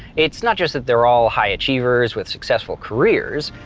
it's not just that they're all high achievers with successful careers.